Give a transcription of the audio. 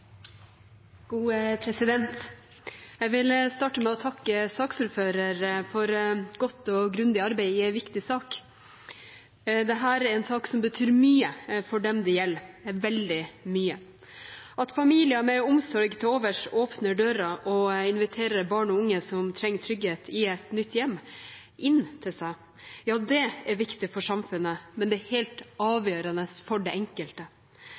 Jeg vil starte med å takke saksordføreren for godt og grundig arbeid i en viktig sak. Dette er en sak som betyr mye for dem det gjelder – veldig mye. At familier med omsorg til overs åpner døra og inviterer barn og unge som trenger trygghet i et nytt hjem, inn til seg, er viktig for samfunnet, men det er helt avgjørende for den enkelte.